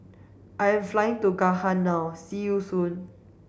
I'm flying to Ghana now see you soon